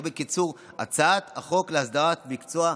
או בקיצור הצעת החוק להסדרת מקצוע הפרמדיקים.